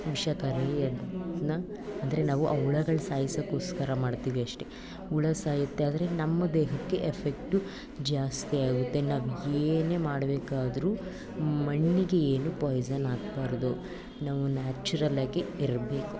ವಿಷಕಾರಿ ಅದನ್ನು ಅಂದರೆ ನಾವು ಆ ಹುಳುಗಳು ಸಾಯಿಸೋಕ್ಕೋಸ್ಕರ ಮಾಡ್ತೀವಿ ಅಷ್ಟೇ ಹುಳು ಸಾಯುತ್ತೆ ಆದರೆ ನಮ್ಮ ದೇಹಕ್ಕೆ ಎಫೆಕ್ಟು ಜಾಸ್ತಿಯಾಗುತ್ತೆ ನಾವು ಏನೇ ಮಾಡಬೇಕಾದ್ರೂ ಮಣ್ಣಿಗೆ ಏನು ಪಾಯ್ಸನ್ ಹಾಕ್ಬಾರ್ದು ನಾವು ನ್ಯಾಚುರಲ್ಲಾಗಿ ಇರಬೇಕು